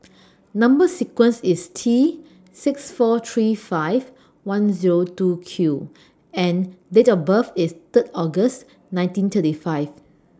Number sequence IS T six four three five one Zero two Q and Date of birth IS Third August nineteen thirty five